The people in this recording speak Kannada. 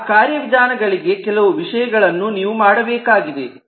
ಆ ಕಾರ್ಯವಿಧಾನಗಳಿಗೆ ಕೆಲವು ವಿಷಯಗಳನ್ನು ನೀವು ಮಾಡಬೇಕಾಗಿದೆ